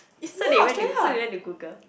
so they went to so they went to Google